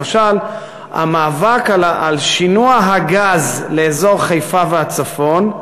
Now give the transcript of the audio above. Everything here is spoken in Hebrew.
למשל, המאבק על שינוע הגז לאזור חיפה והצפון.